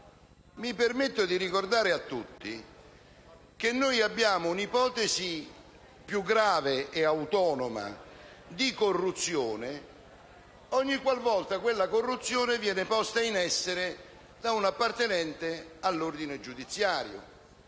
Mi permetto di ricordare a tutti che si configura un'ipotesi più grave ed autonoma di corruzione ogni qualvolta quella corruzione viene posta in essere da un appartenente all'ordine giudiziario.